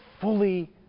fully